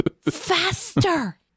faster